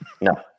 No